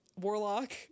warlock